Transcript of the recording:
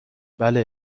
بله